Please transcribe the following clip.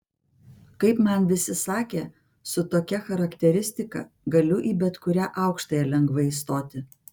kaip man visi sakė su tokia charakteristika galiu į bet kurią aukštąją lengvai įstoti